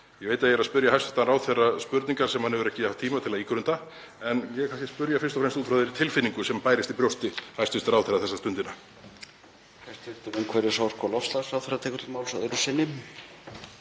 Ég veit að ég er að spyrja hæstv. ráðherra spurningar sem hann hefur ekki haft tíma til að ígrunda en ég er kannski spyrja fyrst og fremst út frá þeirri tilfinningu sem bærist í brjósti hæstv. ráðherra þessa stundina.